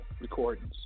recordings